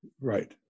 right